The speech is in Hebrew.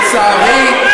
לא אנחנו.